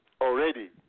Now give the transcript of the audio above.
already